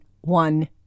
one